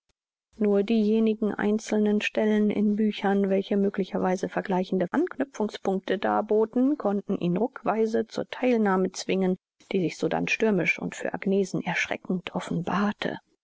nur diejenigen einzelnen stellen in büchern welche möglicherweise vergleichende anknüpfungspuncte darboten konnten ihn ruckweise zur theilnahme zwingen die sich sodann stürmisch und für agnesen erschreckend offenbarte